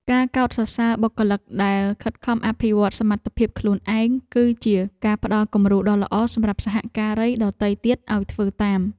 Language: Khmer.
ការកោតសរសើរបុគ្គលិកដែលខិតខំអភិវឌ្ឍសមត្ថភាពខ្លួនឯង គឺជាការផ្ដល់គំរូដ៏ល្អសម្រាប់សហការីដទៃទៀតឱ្យធ្វើតាម។